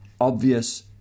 obvious